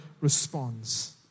responds